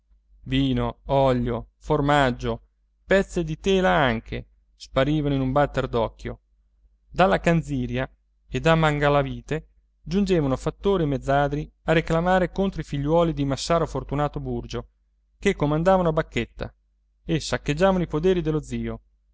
vino olio formaggio pezze di tela anche sparivano in un batter d'occhio dalla canziria e da mangalavite giungevano fattori e mezzadri a reclamare contro i figliuoli di massaro fortunato burgio che comandavano a bacchetta e saccheggiavano i poderi dello zio